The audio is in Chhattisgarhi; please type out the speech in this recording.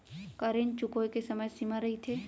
का ऋण चुकोय के समय सीमा रहिथे?